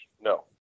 No